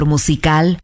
Musical